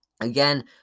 Again